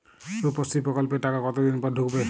রুপশ্রী প্রকল্পের টাকা কতদিন পর ঢুকবে?